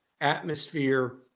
atmosphere